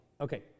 Okay